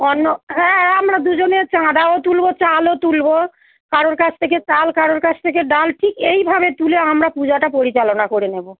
অন্য হ্যাঁ আমরা দুজনে চাঁদাও তুলবো চালও তুলবো কারোর কাছ থেকে চাল কারোর কাছ থেকে ডাল ঠিক এইভাবে তুলে আমরা পূজাটা পরিচালনা করে নেবো